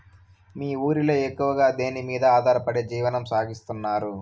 మీ ఊరిలో ఎక్కువగా దేనిమీద ఆధారపడి జీవనం సాగిస్తున్నారు?